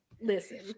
Listen